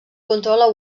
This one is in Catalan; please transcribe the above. controla